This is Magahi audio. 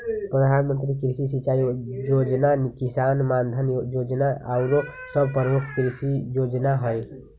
प्रधानमंत्री कृषि सिंचाई जोजना, किसान मानधन जोजना आउरो सभ प्रमुख कृषि जोजना हइ